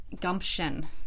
gumption